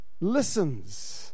listens